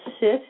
sit